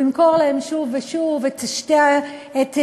והוא ימכור להם שוב ושוב את שתי המדינות,